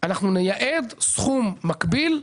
אנחנו נייעד סכום מקביל,